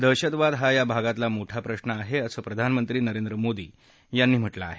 दहशतवाद हा या भागातला मोठा प्रश्न आहे हे असं प्रधानमंत्री नरेंद्र मोदी यांनी म्हटलं आहे